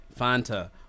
Fanta